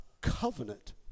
covenant